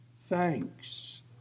thanks